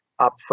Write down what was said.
upfront